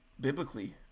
biblically